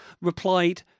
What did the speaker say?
replied